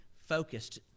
focused